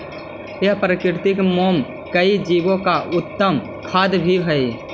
यह प्राकृतिक मोम कई जीवो का उत्तम खाद्य भी हई